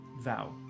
Vow